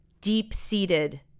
deep-seated